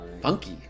funky